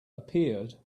appeared